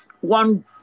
one